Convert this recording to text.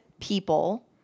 people